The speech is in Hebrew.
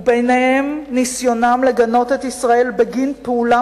ובעיניהם ניסיונם לגנות את ישראל בגין פעולה